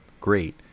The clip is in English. great